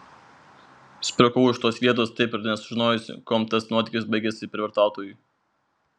sprukau iš tos vietos taip ir nesužinojusi kuom tas nuotykis baigėsi prievartautojui